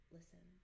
Listen